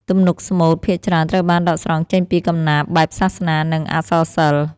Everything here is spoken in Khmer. ទំនុកស្មូតភាគច្រើនត្រូវបានដកស្រង់ចេញពីកំណាព្យបែបសាសនា និងអក្សរសិល្ប៍។